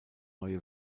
neue